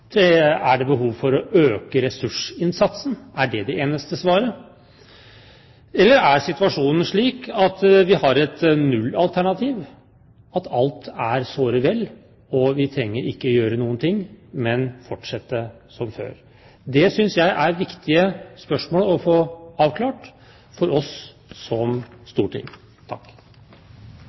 2: Er det behov for å øke ressursinnsatsen – er det det eneste svaret? Spørsmål 3: Eller er situasjonen den at vi har et nullalternativ, at alt er såre vel, og at vi ikke trenger å gjøre noen ting, men fortsette som før? Dette synes jeg er viktige spørsmål å få avklart for oss som storting.